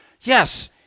Yes